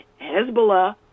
Hezbollah